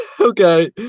Okay